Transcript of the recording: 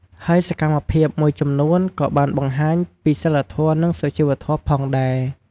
ហើយសកម្មភាពមួយចំនួនក៏បានបង្ហាញពីសីលធម៌ និងសុជីវធម៌ផងដែរ។